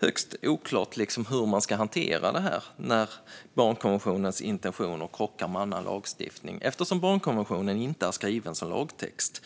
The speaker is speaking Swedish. högst oklart hur man ska hantera saken när barnkonventionens intentioner krockar med annan lagstiftning, eftersom barnkonventionen inte är skriven som lagtext.